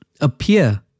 appear